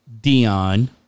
Dion